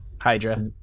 Hydra